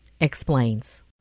explains